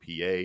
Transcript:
PA